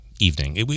evening